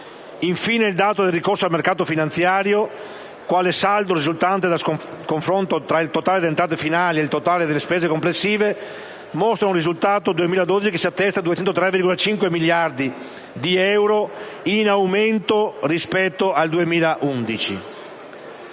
Infine, il dato del ricorso al mercato finanziario, quale saldo scaturente dal confronto tra il totale delle entrate finali e il totale delle spese complessive, mostra un risultato, per il 2012, che si attesta a 203,5 miliardi di euro, in aumento rispetto al 2011.